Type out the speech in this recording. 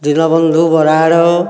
Dinabandhu Barad